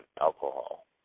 alcohol